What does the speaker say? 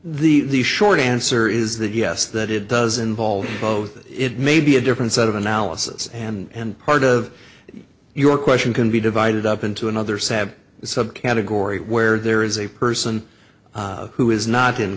the the short answer is that yes that it does involve both it may be a different set of analysis and part of your question can be divided up into another sad subcategory where there is a person who is not in